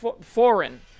foreign